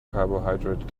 carbohydrate